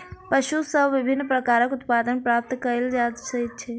पशु सॅ विभिन्न प्रकारक उत्पाद प्राप्त कयल जाइत छै